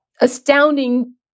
astounding